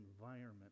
environment